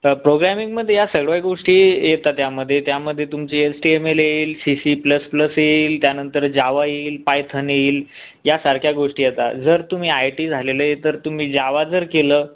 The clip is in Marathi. तर प्रोग्रॅमिंगमध्ये या सर्व गोष्टी येतात यामध्ये त्यामध्ये तुमची एस टी एम एल येईल शी शी प्लस प्लस येईल त्यानंतर जावा येईल पायथन येईल यासारख्या गोष्टी येतात जर तुम्ही आय टी झालेले आहे तर तुम्ही ज्यावा जर केलं